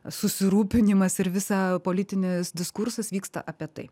susirūpinimas ir visa politinis diskursas vyksta apie tai